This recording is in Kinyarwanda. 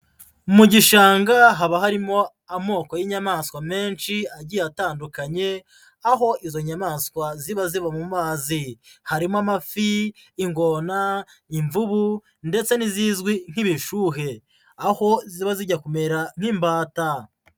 Mu gishanga haba harimo amoko y'inyamaswa menshi agiye atandukanye aho izo nyamaswa ziba ziba mu mazi harimo: amafi, ingona, imvubu ndetse n'izizwi nk'ibishuhe, aho ziba zijya kumera nk'imbata.